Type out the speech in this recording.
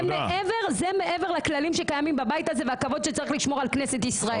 זה מעבר לכללים שקיימים בבית הזה והכבוד שצריך לשמור על כנסת ישראל.